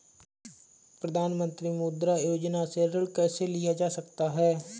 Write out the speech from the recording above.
प्रधानमंत्री मुद्रा योजना से ऋण कैसे लिया जा सकता है?